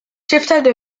shifted